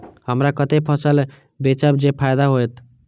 हमरा कते फसल बेचब जे फायदा होयत?